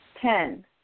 Ten